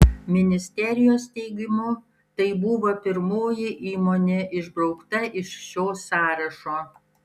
ministerijos teigimu tai buvo pirmoji įmonė išbraukta iš šio sąrašo